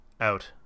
out